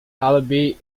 allebei